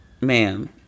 ma'am